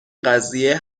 قضیه